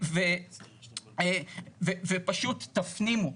ופשוט תפנימו.